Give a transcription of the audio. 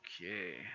Okay